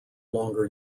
longer